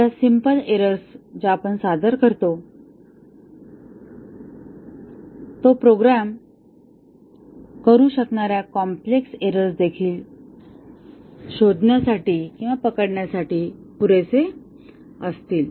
आमच्या simple errors ज्या आपण सादर करतो ते प्रोग्राम करू शकणाऱ्या कॉम्प्लेक्स एरर्स देखील पकडण्यासाठी पुरेसे असतील